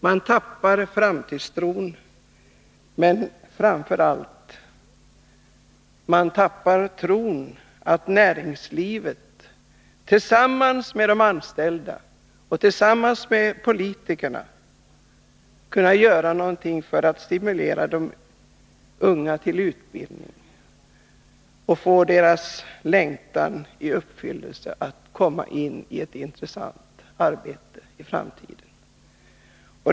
Man tappar framtidstron, men framför allt: man tappar tron att näringslivet tillsammans med de anställda och politiker kan göra någonting för att stimulera de unga till utbildning och få deras längtan att gå i uppfyllelse, att komma in i ett intressant arbete i framtiden.